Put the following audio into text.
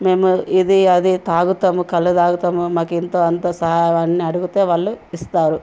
మేము ఇది అది తాగుతాము కల్లు తాగుతాము మాకు ఇంతో అంతో సహాయాన్ని అడిగితే వాళ్ళు ఇస్తారు